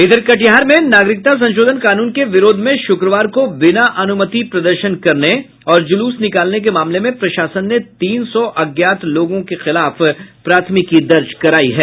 इधर कटिहार में नागरिकता संशोधन कानून के विरोध में शुक्रवार को बिना अनुमति प्रदर्शन करने और ज़ुलूस निकालने के मामले में प्रशासन ने तीन सौ अज्ञात लोगों के खिलाफ प्राथमिकी दर्ज करायी है